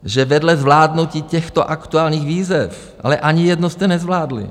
Že vedle zvládnutí těchto aktuálních výzev ale ani jednu jste nezvládli.